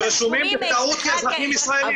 הם רשומים בטעות כאזרחים ישראלים.